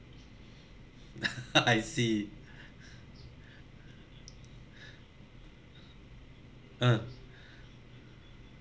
I see uh